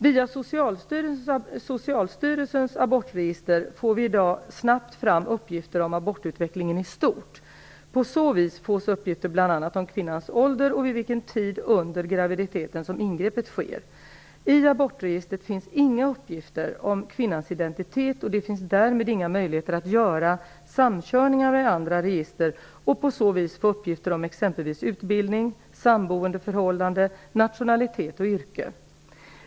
Via Socialstyrelsens abortregister får vi i dag snabbt fram uppgifter om abortutvecklingen i stort. På så vis fås uppgifter bl.a. om kvinnans ålder och vid vilken tid under graviditeten som ingreppet sker. I abortregistret finns inga uppgifter om kvinnans identitet och det finns därmed inga möjligheter att göra samkörningar med andra register och på så vis få uppgifter om exempelvis utbildning, samboendeförhållande, nationalitet och yrke.